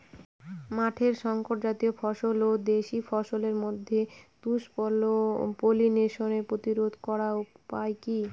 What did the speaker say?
মাঠের শংকর জাতীয় ফসল ও দেশি ফসলের মধ্যে ক্রস পলিনেশন প্রতিরোধ করার উপায় কি?